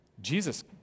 Jesus